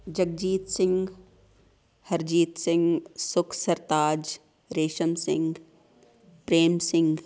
Jagjit Singh Harjit Singh Sukh Sartaj Resham Singh Prem Singh